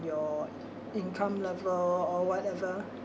your income level or whatever